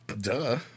Duh